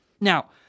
Now